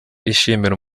ishimira